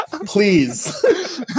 Please